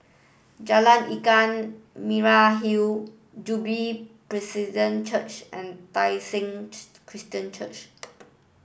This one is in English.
Jalan Ikan Merah Hill Jubilee Church and Tai Seng Christian Church